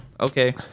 okay